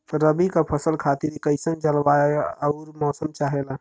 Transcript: रबी क फसल खातिर कइसन जलवाय अउर मौसम चाहेला?